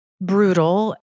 brutal